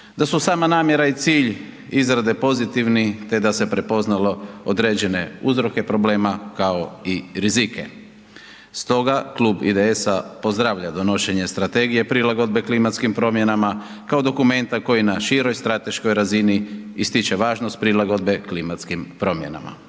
da su sama namjera i cilj izrade pozitivni te da se prepoznalo određene uzroke problema, kao i rizike. Stoga, Klub IDS-a pozdravlja donošenje Strategije prilagodbe klimatskim promjenama, kao dokumenta koji na široj strateškoj razini ističe važnost prilagodbe klimatskim promjenama.